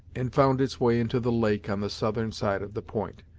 and found its way into the lake on the southern side of the point.